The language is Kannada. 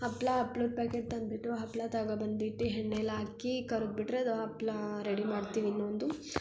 ಹಪ್ಳ ಹಪ್ಲದ್ ಪ್ಯಾಕೆಟ್ ತಂದುಬಿಟ್ಟು ಹಪ್ಳ ತಗೊ ಬಂದಿಟ್ಟು ಎಣ್ಣೆಲ್ ಹಾಕಿ ಕರದು ಬಿಟ್ಟರೆ ಅದು ಹಪ್ಪಳ ರೆಡಿ ಮಾಡ್ತೀವಿ ಇನ್ನೊಂದು